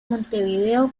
montevideo